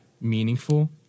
meaningful